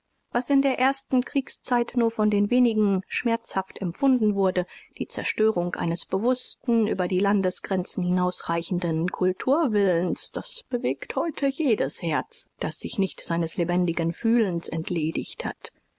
was in der ersten kriegszeit nur von den wenigen schmerzhaft empfunden wurde die zerstörung eines bewußten über die landesgrenzen hinausreichenden kulturwillens das bewegt heute jedes herz das sich nicht seines lebendigen fühlens entledigt hat